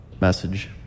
message